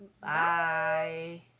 bye